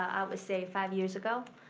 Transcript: i would say five years ago.